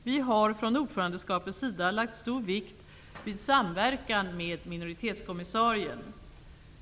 Vi har från ordförandeskapets sida lagt stor vikt vid samverkan med minoritetskommissaren.